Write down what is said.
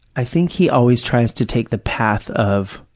i think he always tries to take the path of